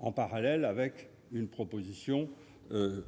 en parallèle d'une proposition identique